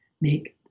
make